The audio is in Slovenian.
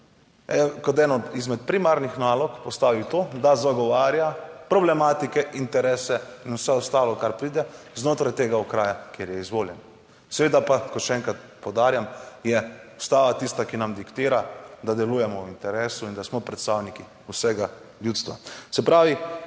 kot eno izmed primarnih nalog postavil to, da zagovarja problematike, interese in vse ostalo, kar pride znotraj tega okraja, kjer je izvoljen. Seveda pa, kot še enkrat poudarjam, je Ustava tista, ki nam diktira, da delujemo v interesu, in da smo predstavniki vsega ljudstva. Se pravi,